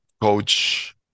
coach